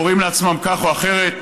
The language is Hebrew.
קוראים לעצמם כך או אחרת,